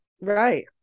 right